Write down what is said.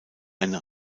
eine